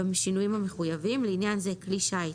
בשינויים המחויבים, לעניין זה "כלי שיט"